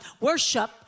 worship